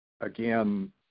again